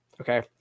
okay